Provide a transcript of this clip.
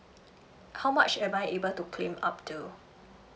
how much am I able to claim up to